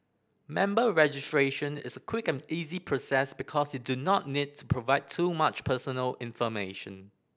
member registration is a quick and easy process because you do not need to provide too much personal information